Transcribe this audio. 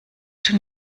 schon